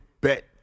bet